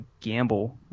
gamble